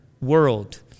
world